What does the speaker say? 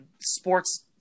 sports